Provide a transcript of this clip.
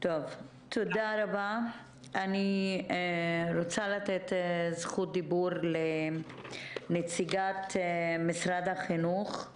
אני מדבר על נוער בסיכון שנמצא על קצה הרצף,